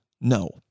no